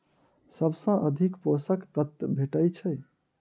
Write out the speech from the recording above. सबसँ अधिक पोसक तत्व भेटय छै?